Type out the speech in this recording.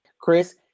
chris